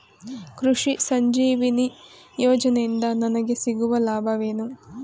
ಕೃಷಿ ಸಂಜೀವಿನಿ ಯೋಜನೆಯಿಂದ ನನಗೆ ಸಿಗುವ ಲಾಭವೇನು?